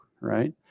right